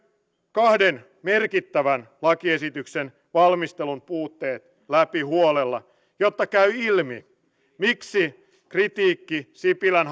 kahden merkittävän lakiesityksen valmistelun puutteet läpi huolella jotta käy ilmi miksi kritiikki sipilän